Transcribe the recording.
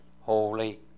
holy